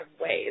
ways